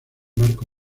marca